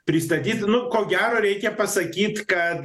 pristatyti nu ko gero reikia pasakyt kad